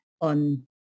on